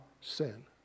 sin